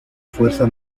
fuerza